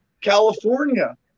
California